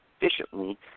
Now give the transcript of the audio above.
efficiently